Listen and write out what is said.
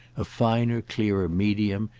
a finer clearer medium,